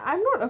I'm not a